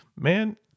Man